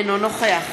אינו נוכח